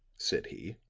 said he.